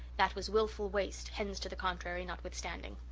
that was wilful waste, hens to the contrary notwithstanding.